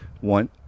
one